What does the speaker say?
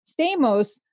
Stamos